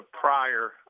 prior